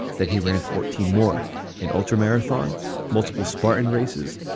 then he ran fourteen more in ultramarathon multiple spartan races.